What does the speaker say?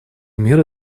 меры